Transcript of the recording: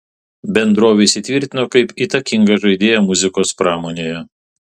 bendrovė įsitvirtino kaip įtakinga žaidėja muzikos pramonėje